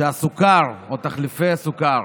שהסוכר או תחליפי הסוכר